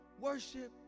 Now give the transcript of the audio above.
worship